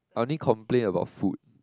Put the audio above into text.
I only complain about food